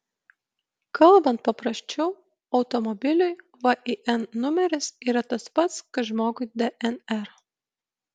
kalbant paprasčiau automobiliui vin numeris yra tas pats kas žmogui dnr